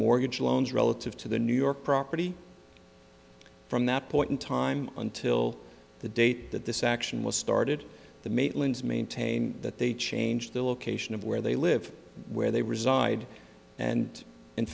mortgage loans relative to the new york property from that point in time until the date that this action was started the maitland's maintain that they changed the location of where they live where they reside and in